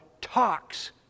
talks